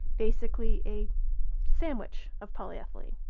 basically, a sandwich of polyethylene